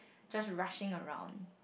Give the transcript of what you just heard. just rushing around